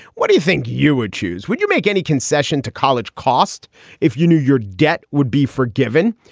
what do you think you would choose? would you make any concession to college cost if you knew your debt would be forgiven?